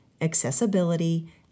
accessibility